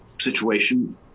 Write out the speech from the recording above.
situation